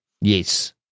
Yes